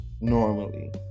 Normally